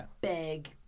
big